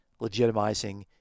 legitimizing